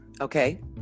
Okay